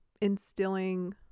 instilling